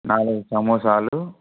నాలుగు సమోసాలు